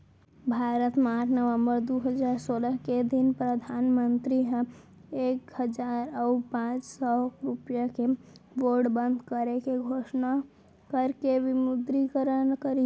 भारत म आठ नवंबर दू हजार सोलह के दिन परधानमंतरी ह एक हजार अउ पांच सौ रुपया के नोट बंद करे के घोसना करके विमुद्रीकरन करिस